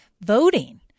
voting